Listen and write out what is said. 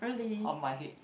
on my head